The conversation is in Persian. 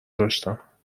داشتم